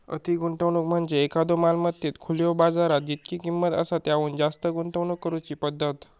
अति गुंतवणूक म्हणजे एखाद्यो मालमत्तेत खुल्यो बाजारात जितकी किंमत आसा त्याहुन जास्त गुंतवणूक करुची पद्धत